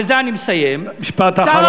ובזה אני מסיים, משפט האחרון.